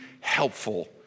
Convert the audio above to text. Helpful